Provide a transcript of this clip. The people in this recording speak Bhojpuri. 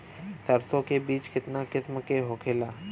सरसो के बिज कितना किस्म के होखे ला?